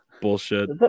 bullshit